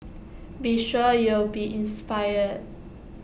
be sure you'll be inspired